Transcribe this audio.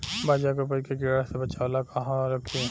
बाजरा के उपज के कीड़ा से बचाव ला कहवा रखीं?